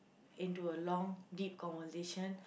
into a long deep conversation